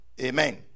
amen